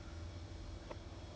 okay okay okay